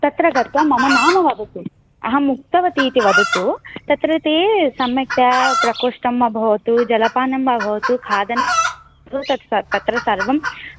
तत्र गत्वा मम नाम वदतु अहम् उक्तवती इति वदतु तत्र ते सम्यक्तया प्रकोष्ठं वा भवतु जलपानं वा भवतु खादनं तत् स तत्र सर्वम्